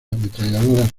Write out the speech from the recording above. ametralladoras